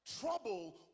Trouble